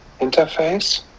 interface